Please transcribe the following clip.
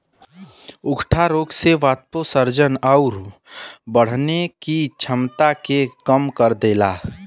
उकठा रोग से वाष्पोत्सर्जन आउर बढ़ने की छमता के कम कर देला